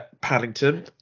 Paddington